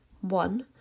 One